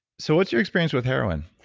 so, what's your experience with heroin?